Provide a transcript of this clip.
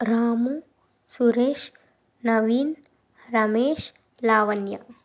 Ramu Suresh Naveen Ramesh Lavanya